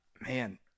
man